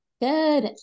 Good